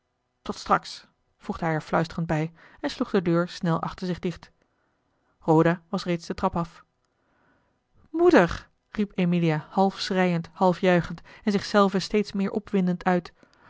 tot straks voegde hij er fluisterend bij en sloeg de deur snel achter zich dicht roda was reeds de trap af moeder riep emilia half schreiend half juichend en zich zelve steeds meer opwindend uit